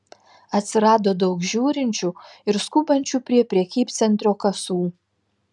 atsirado daug žiūrinčių ir skubančių prie prekybcentrio kasų